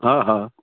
हा हा